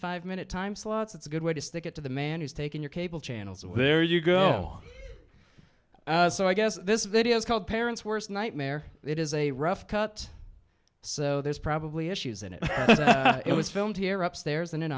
five minute time slots it's a good way to stick it to the man who's taken your cable channels and there you go so i guess this video is called parent's worst nightmare it is a rough cut so there's probably issues in it it was filmed here upstairs in an